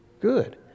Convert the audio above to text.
Good